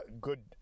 good